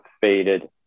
faded